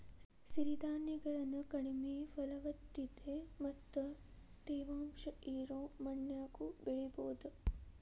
ಸಿರಿಧಾನ್ಯಗಳನ್ನ ಕಡಿಮೆ ಫಲವತ್ತತೆ ಮತ್ತ ತೇವಾಂಶ ಇರೋ ಮಣ್ಣಿನ್ಯಾಗು ಬೆಳಿಬೊದು